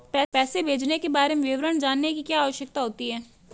पैसे भेजने के बारे में विवरण जानने की क्या आवश्यकता होती है?